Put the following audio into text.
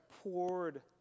poured